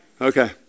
Okay